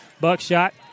Buckshot